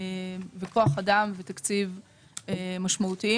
כוח אדם ותקציב משמעותיים.